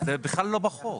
זה בכלל לא בחוק.